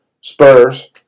Spurs